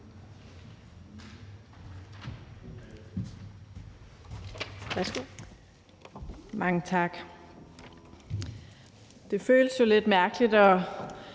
(RV): Mange tak. Det føles jo lidt mærkeligt at